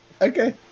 okay